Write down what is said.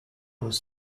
was